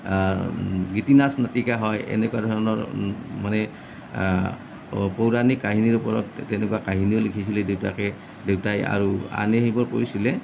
গীতিনাচ নাটিকা হয় এনেকুৱা ধৰণৰ মানে পৌৰাণিক কাহিনীৰ ওপৰত তেনেুকুৱা কাহিনীও লিখিছিলে দেউতাকে দেউতাই আৰু আনে সেইবোৰ কৰিছিলে